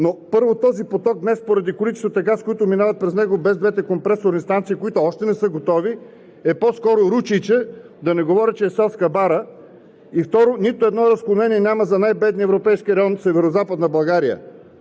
Но, първо, този поток днес поради количествата газ, които минават през него, без двете компресорни станции, които още не са готови, е по-скоро ручейче, да не говоря, че е селска бара и, второ, нито едно разклонение няма за най-бедния европейски район – Северозападна България.